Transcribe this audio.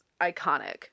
iconic